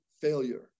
failure